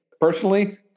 personally –